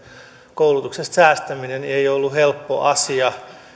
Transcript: koulutuksesta säästäminen ei ole ollut helppo asia